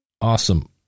Awesome